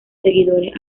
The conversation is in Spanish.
seguidores